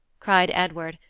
cried edward,